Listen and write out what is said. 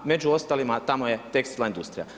Među ostalima tamo je tekstilna industrija.